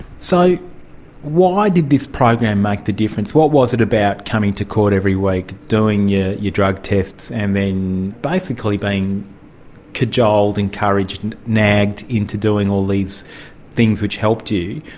so why did this program make the difference? what was it about coming to court every week, doing your drug tests and then basically being cajoled, encouraged, and nagged into doing all these things which helped you?